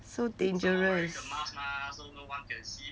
so dangerous